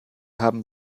haben